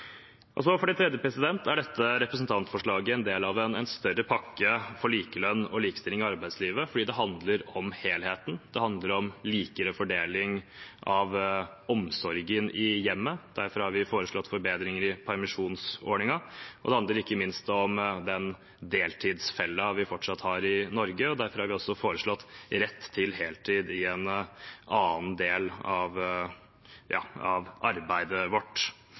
For det tredje er dette representantforslaget en del av en større pakke for likelønn og likestilling i arbeidslivet fordi det handler om helheten, det handler om likere fordeling av omsorgen i hjemmet, derfor har vi foreslått forbedringer i permisjonsordningen, og det handler ikke minst om den deltidsfellen vi fortsatt har i Norge, og derfor har vi også foreslått rett til heltid i en annen del av arbeidet vårt.